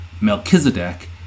Melchizedek